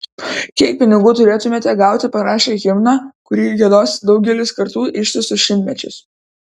kiek pinigų turėtumėte gauti parašę himną kurį giedos daugelis kartų ištisus šimtmečius